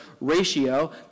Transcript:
ratio